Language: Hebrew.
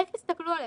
איך יסתכלו עלינו?